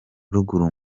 ruguru